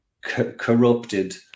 corrupted